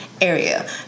area